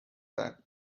that